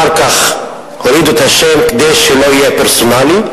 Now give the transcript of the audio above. אחר כך הורידו את השם כדי שזה לא יהיה פרסונלי.